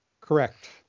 Correct